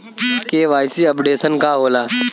KYC updation का होला?